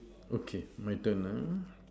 okay my turn uh